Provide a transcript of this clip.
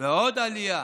ועוד עלייה.